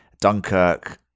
dunkirk